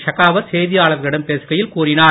ஷக்காவத் செய்தியாளர்களிடம் பேசுகையில் கூறினார்